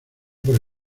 por